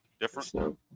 different